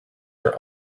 are